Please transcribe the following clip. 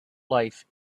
life